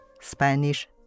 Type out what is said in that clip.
Spanish